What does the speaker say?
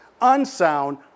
unsound